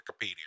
Wikipedia